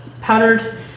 powdered